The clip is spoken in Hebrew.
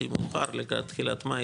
הכי מאוחר לקראת תחילת מאי,